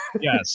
Yes